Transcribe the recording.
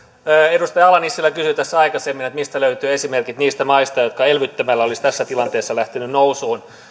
edustaja ala nissilä kysyi tässä aikaisemmin mistä löytyvät esimerkit niistä maista jotka elvyttämällä olisivat tässä tilanteessa lähteneet nousuun